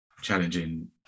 challenging